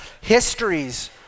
histories